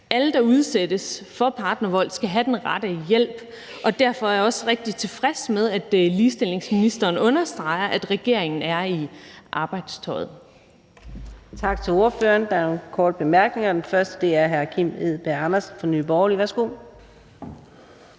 Alle, der udsættes for partnervold, skal have den rette hjælp, og derfor er jeg også rigtig tilfreds med, at ligestillingsministeren understreger, at regeringen er i arbejdstøjet.